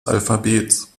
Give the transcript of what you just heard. alphabets